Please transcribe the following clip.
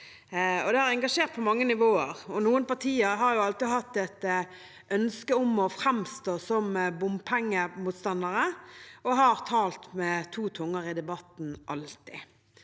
det har engasjert på mange nivåer. Noen partier har alltid hatt et ønske om å framstå som bompengemotstandere og har alltid talt med to tunger i debatten.